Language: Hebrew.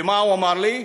ומה הוא אמר לי?